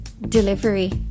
Delivery